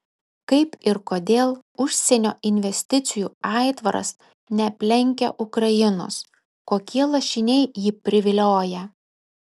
kaip ir kodėl užsienio investicijų aitvaras neaplenkia ukrainos kokie lašiniai jį privilioja